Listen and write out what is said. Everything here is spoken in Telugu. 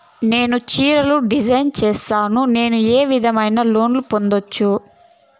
నేను చీరలు డిజైన్ సేస్తాను, నేను ఏ విధమైన లోను పొందొచ్చు